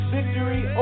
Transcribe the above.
Victory